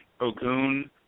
Ogun